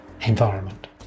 environment